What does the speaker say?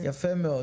יפה מאוד.